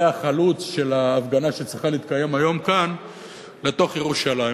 החלוץ של ההפגנה שצריכה להתקיים היום כאן בתוך ירושלים.